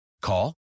Call